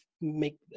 make